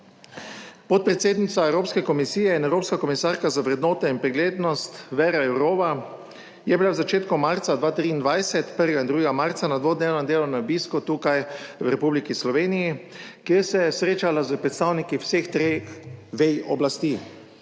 Podpredsednica Evropske komisije in evropska komisarka za vrednote in preglednost Věra Jourová, je bila v začetku marca 2023 1. in 2. marca na dvodnevnem delovnem obisku tukaj v Republiki Sloveniji, kjer se je srečala s predstavniki vseh treh vej oblasti,